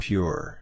Pure